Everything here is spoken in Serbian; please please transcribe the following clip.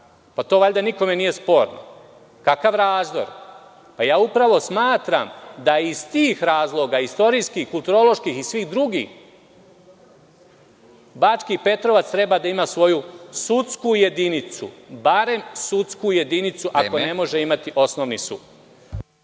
To valjda nikome nije sporno. Kakav razdor? Upravo smatram da iz tih razloga, istorijskih, kulturoloških i svih drugih, Bački Petrovac treba da ima svoju sudsku jedinicu, barem sudsku jedinicu, ako ne može imati osnovni sud.